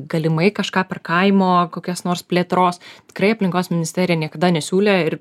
galimai kažką per kaimo kokias nors plėtros tikrai aplinkos ministerija niekada nesiūlė ir